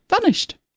vanished